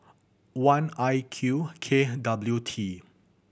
one I Q K W T